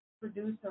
producer